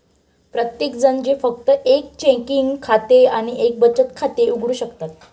प्रत्येकजण जे फक्त एक चेकिंग खाते आणि एक बचत खाते उघडू शकतात